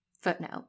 Footnote